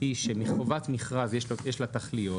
היא שחובת מכרז יש לה תכליות,